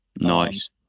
Nice